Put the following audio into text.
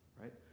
Right